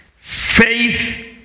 Faith